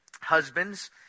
husbands